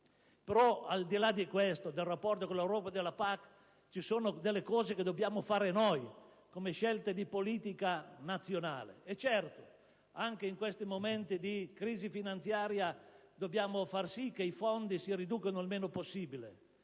Al di là di questo, del rapporto con l'Europa e la PAC, ci sono delle scelte che dobbiamo compiere a livello di politica nazionale. Certo, anche in questi momenti di crisi finanziaria dobbiamo far sì che i fondi si riducano il meno possibile,